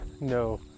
No